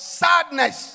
sadness